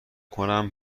کنم